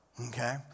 Okay